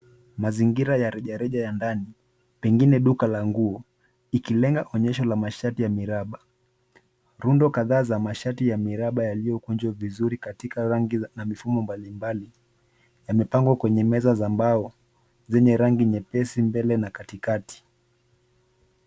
Mazingira ya rejareja ya ndani, pengine duka la nguo, ikilenga onyesho la mashati ya miraba. Rundo kadhaa za mashati ya miraba yaliyokunjwa vizuri katika rangi na mifumo mbali mbali, yamepangwa kwenye meza za mbao, zenye rangi nyepesi mbele na kati kati.